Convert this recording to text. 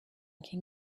can